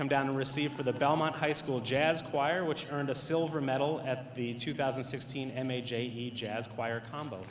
come down to receive for the belmont high school jazz choir which earned a silver medal at the two thousand and sixteen m a j eat jazz choir combo